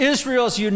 Israel's